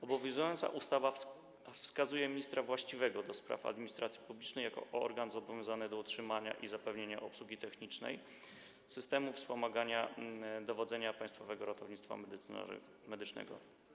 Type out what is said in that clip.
Obowiązująca ustawa wskazuje ministra właściwego do spraw administracji publicznej jako organ zobowiązany do utrzymania i zapewnienia obsługi technicznej Systemu Wspomagania Dowodzenia Państwowego Ratownictwa Medycznego.